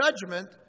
judgment